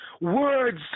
Words